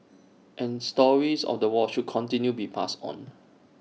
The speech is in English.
and stories of the war should continue be passed on